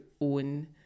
own